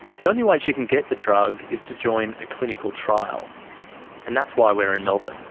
the only way she can get the drug is to join a clinical trial and that's why we're in melbourne.